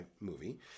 movie